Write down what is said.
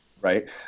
right